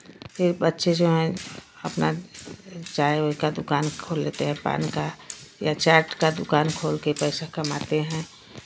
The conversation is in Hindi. फिर बच्चे जो हैं अपना चाय उय का दुकान खोल लेते है पान का या चाट का दुकान खोल के पैसा कमाते हैं